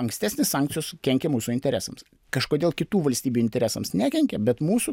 ankstesnės sankcijos kenkė mūsų interesams kažkodėl kitų valstybių interesams nekenkė bet mūsų